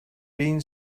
been